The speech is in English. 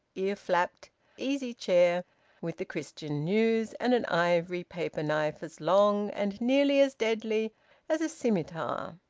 ear-flapped easy-chair with the christian news and an ivory paper-knife as long and nearly as deadly as a scimitar.